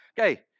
okay